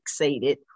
fixated